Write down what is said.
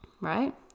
right